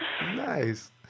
Nice